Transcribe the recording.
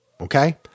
okay